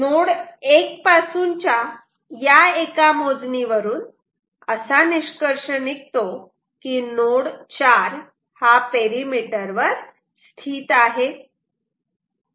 node 1 पासूनच्या या एका मोजणीवरून असा निष्कर्ष निघतो की नोड 4 हा पेरिमीटर वर स्थित आहे